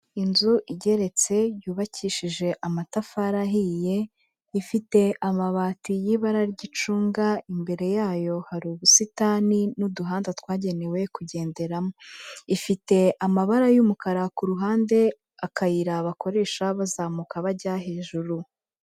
Inzu igeretse yubakishije amatafari ahiye ifite amabati y'ibara ry'icunga, imbere yayo hari ubusitani n'uduhanda twagenewe kugenderamo, ifite amabara y'umukara ku ruhande akayira bakoresha bazamuka bajya hejuru.